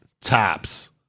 tops